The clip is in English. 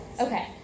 Okay